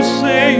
say